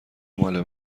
مال